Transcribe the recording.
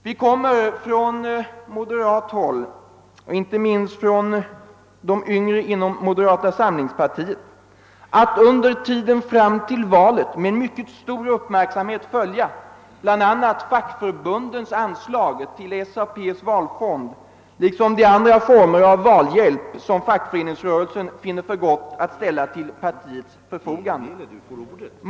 Vi kommer från moderata samlingspartiet — inte minst från ungdomshåll där — att under tiden fram till valet med mycket stor uppmärksamhet följa bl.a. fackförbundens anslag till SAP:s valfond liksom de andra former av val hjälp som fackföreningsrörelsen finner för gott att ställa till partiets förfogande.